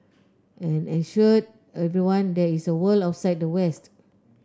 and assured everyone there is a world outside the west